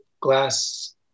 glass